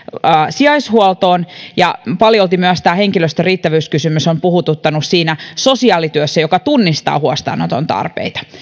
sijaishuoltoon ja paljolti tämä henkilöstön riittävyyskysymys on puhututtanut myös siinä sosiaalityössä joka tunnistaa huostaanoton tarpeita